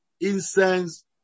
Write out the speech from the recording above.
incense